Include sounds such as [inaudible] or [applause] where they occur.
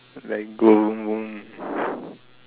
like go [noise]